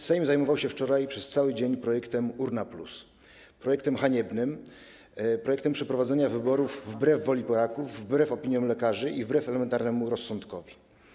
Sejm zajmował się wczoraj przez cały dzień projektem urna+, projektem haniebnym, projektem przeprowadzenia wyborów wbrew woli Polaków, wbrew opiniom lekarzy i wbrew elementarnemu rozsądkowi.